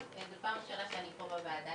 זו פעם ראשונה שאני פה בוועדה,